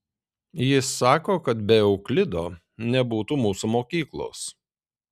jis sako kad be euklido nebūtų mūsų mokyklos